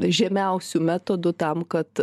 žemiausių metodų tam kad